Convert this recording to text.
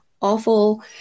awful